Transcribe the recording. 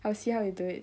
I will see how you do it